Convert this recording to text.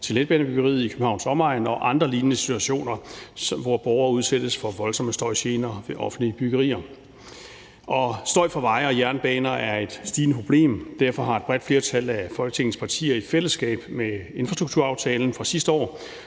til letbanebyggeriet i Københavns omegn og i forbindelse med andre lignende situationer, hvor borgere udsættes for voldsomme støjgener ved offentlige byggerier. Støj fra veje og jernbaner er et stigende problem. Derfor har et bredt flertal af Folketingets partier i fællesskab med infrastrukturaftalen fra sidste år